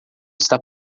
está